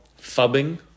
fubbing